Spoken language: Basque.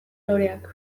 loreak